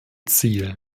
ziel